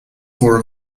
floor